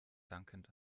dankend